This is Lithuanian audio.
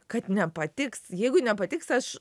kad nepatiks jeigu nepatiks aš